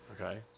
Okay